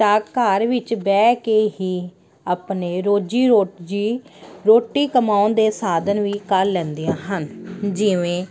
ਤਾਂ ਘਰ ਵਿੱਚ ਬਹਿ ਕੇ ਹੀ ਆਪਣੇ ਰੋਜ਼ੀ ਰੋਜ਼ੀ ਰੋਟੀ ਕਮਾਉਣ ਦੇ ਸਾਧਨ ਵੀ ਕਰ ਲੈਂਦੀਆਂ ਹਨ ਜਿਵੇਂ